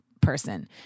person